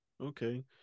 Okay